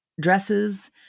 dresses